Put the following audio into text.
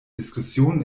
diskussion